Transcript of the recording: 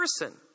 person